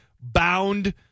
bound